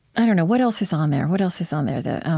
i don't know. what else is on there? what else is on there? the,